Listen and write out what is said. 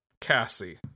Cassie